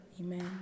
Amen